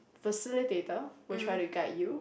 facilitator will try to guide you